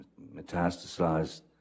metastasized